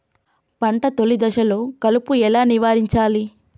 పంట తొలి దశలో కలుపు ఎలా నివారించాలి?